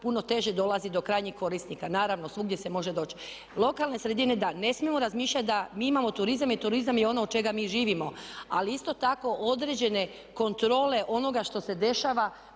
puno teže dolazi do krajnjih korisnika. Naravno, svugdje se može doći. Lokalne sredine, da, ne smijemo razmišljati da mi imamo turizam i turizam je ono od čega mi živimo ali isto tako određene kontrole onoga što se dešava